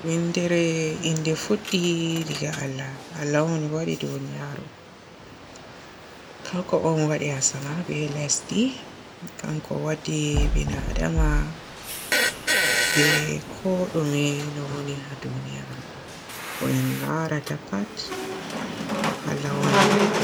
Wiindere innde fuɗɗi daga Allah. Allah on waaɗi duniyaru. Kanko on waaɗi asama be lesdi. Kanko waddi binadama be kooɗume no wooni haa duniyaru ɗo. Ko en laarata pat Allah on waddi.